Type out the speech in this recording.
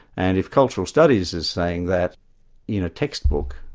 and if cultural studies is saying that in a textbook,